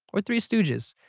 or three stooges,